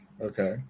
Okay